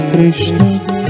Krishna